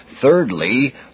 Thirdly